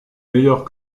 meilleurs